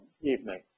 evening